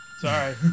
sorry